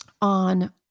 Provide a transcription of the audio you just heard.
on